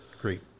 great